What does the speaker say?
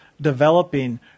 developing